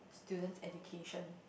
student's education